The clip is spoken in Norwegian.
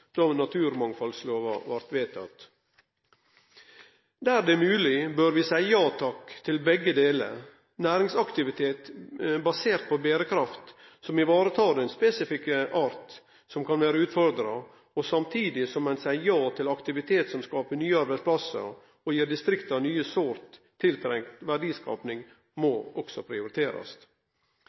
då naturmangfaldlova blei vedteken. Der det er mogleg, bør vi seie ja takk til begge delar – næringsaktivitet basert på berekraft som tek vare på den spesifikke arten som kan vere utfordra, samtidig som ein seier ja til aktivitet som skapar nye arbeidsplassar og gir distrikta ny, sårt påkravd verdiskaping, som også må prioriterast.